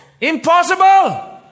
impossible